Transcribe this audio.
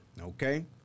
okay